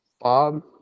Bob